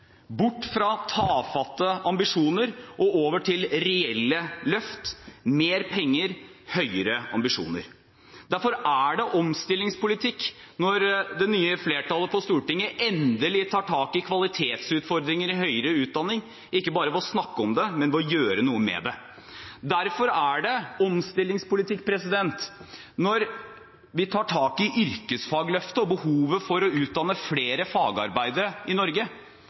bort fra tafatte ambisjoner og over til reelle løft, mer penger, høyere ambisjoner. Derfor er det omstillingspolitikk når det nye flertallet på Stortinget endelig tar tak i kvalitetsutfordringer i høyere utdanning, ikke bare ved å snakke om det, men ved å gjøre noe med det. Derfor er det omstillingspolitikk når vi tar tak i yrkesfagløftet og behovet for å utdanne flere fagarbeidere i Norge,